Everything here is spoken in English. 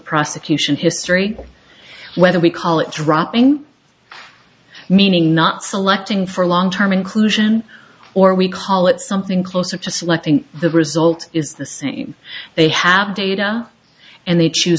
prosecution history whether we call it dropping meaning not selecting for long term inclusion or we call it something closer to selecting the result is the same they have data and they choose